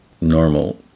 normal